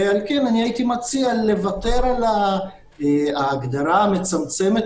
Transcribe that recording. לכן הייתי מציע לוותר על ההגדרה המצמצמת